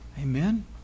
Amen